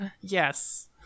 Yes